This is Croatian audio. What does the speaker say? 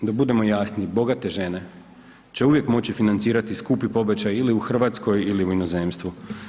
Da budemo jasno bogate žene će uvijek moći financirati skupi pobačaj ili u Hrvatskoj ili u inozemstvu.